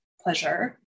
pleasure